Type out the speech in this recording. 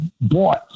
bought